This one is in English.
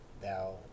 thou